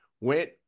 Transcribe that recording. went